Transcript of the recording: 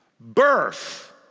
birth